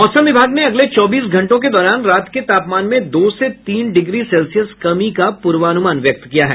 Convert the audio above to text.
मौसम विभाग ने अगले चौबीस घंटों के दौरान रात के तापमान में दो से तीन डिग्री सेल्सियस कमी का पूर्वानुमान व्यक्त किया है